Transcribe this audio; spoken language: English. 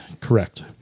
Correct